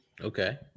Okay